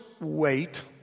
wait